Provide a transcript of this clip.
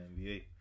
NBA